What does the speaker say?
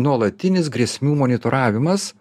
nuolatinis grėsmių monitoravimas